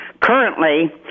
currently